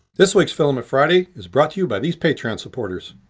this week's filament friday is brought to you by these patreon supporters.